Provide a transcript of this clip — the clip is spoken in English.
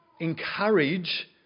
encourage